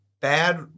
bad